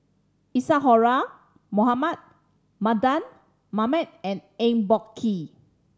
Isadhora Mohamed Mardan Mamat and Eng Boh Kee